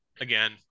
again